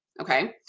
Okay